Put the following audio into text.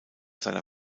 seiner